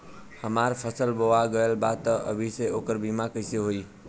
हमार फसल बोवा गएल बा तब अभी से ओकर बीमा कइसे होई?